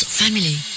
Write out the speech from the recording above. family